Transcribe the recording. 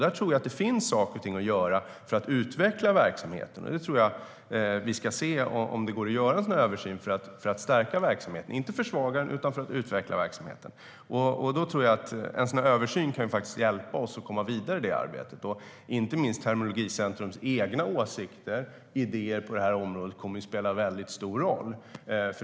Där tror jag att det finns saker och ting att göra för att utveckla verksamheten, och jag tror att vi ska se om det går att göra en sådan översyn för att stärka verksamheten. Det handlar inte om att försvaga den utan om att utveckla den. Jag tror att en översyn kan hjälpa oss att komma vidare i det arbetet, och inte minst Terminologicentrums egna åsikter om och idéer på det här området kommer att spela väldigt stor roll.